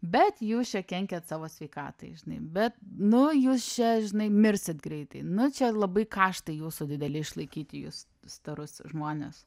bet jūs čia kenkiat savo sveikatai žinai bet nu jūs čia žinai mirsit greitai nu čia labai kaštai jūsų dideli išlaikyti jus storus žmones